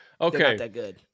Okay